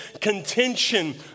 contention